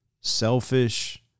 selfish